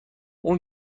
اون